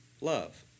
love